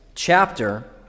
chapter